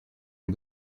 ont